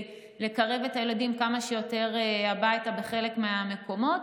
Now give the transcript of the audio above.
לקרב את הילדים כמה שיותר הביתה בחלק מהמקומות.